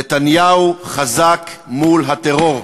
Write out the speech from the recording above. נתניהו חזק מול הטרור,